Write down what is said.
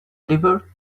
lever